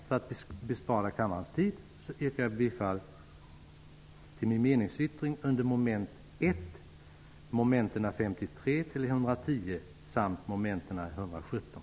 För att spara kammarens tid yrkar jag bifall till min meningsyttring under mom. 1, 53--110 och 117